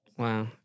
Wow